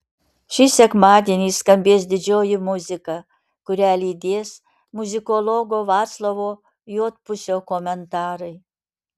šį sekmadienį skambės didžioji muzika kurią lydės muzikologo vaclovo juodpusio komentarai